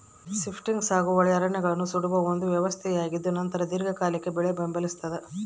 shifting ಸಾಗುವಳಿ ಅರಣ್ಯಗಳನ್ನು ಸುಡುವ ಒಂದು ವ್ಯವಸ್ಥೆಯಾಗಿದ್ದುನಂತರ ದೀರ್ಘಕಾಲಿಕ ಬೆಳೆ ಬೆಂಬಲಿಸ್ತಾದ